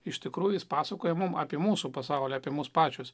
iš tikrųjų jis pasakoja mums apie mūsų pasaulį apie mus pačios